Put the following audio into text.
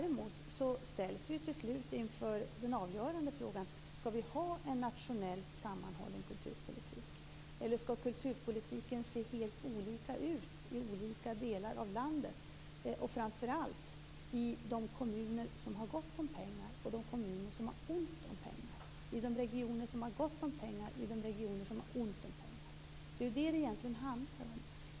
Till slut ställs vi ju inför den avgörande frågan om vi skall ha en nationellt sammanhållen kulturpolitik eller om kulturpolitiken skall se helt olika ut i olika delar av landet, framför allt i de kommuner eller regioner som har gott om pengar och de kommuner eller regioner som har ont om pengar. Det är egentligen detta det handlar om.